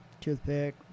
Toothpick